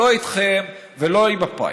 לא איתכם ולא עם מפא"י.